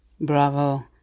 Bravo